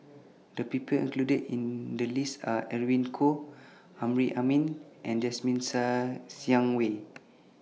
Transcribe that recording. The People included in The list Are Edwin Koo Amrin Amin and Jasmine Ser Xiang Wei